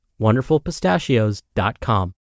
wonderfulpistachios.com